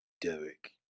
Derek